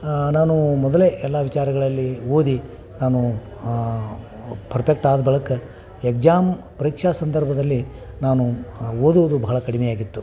ನಾನು ಮೊದಲೇ ಎಲ್ಲ ವಿಚಾರಗಳಲ್ಲಿ ಓದಿ ನಾನು ಪರ್ಪೆಕ್ಟ್ ಆದ ಬಳಿಕ ಎಗ್ಜಾಮ್ ಪರೀಕ್ಷಾ ಸಂದರ್ಭದಲ್ಲಿ ನಾನು ಓದುವುದು ಬಹಳ ಕಡಿಮೆಯಾಗಿತ್ತು